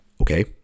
Okay